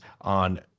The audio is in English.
on